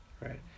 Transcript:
right